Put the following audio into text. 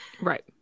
Right